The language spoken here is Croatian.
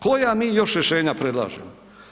Koja mi još rješenja predlažemo?